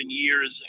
years